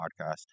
podcast